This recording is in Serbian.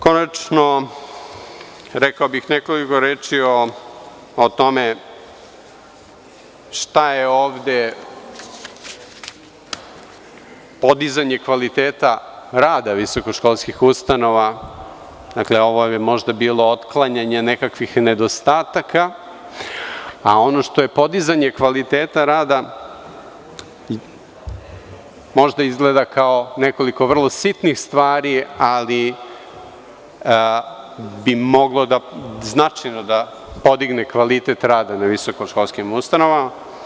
Konačno, rekao bih nekoliko reči o tome šta je ovde podizanje kvaliteta rada visokoškolskih ustanova, ovo vam je možda bilo otklanjanje nekih nedostataka, a ono što je podizanje kvaliteta rada možda izgleda kao nekoliko vrlo sitnih stvari, ali bi moglo značajno da podigne kvalitet rada na visokoškolskim ustanovama.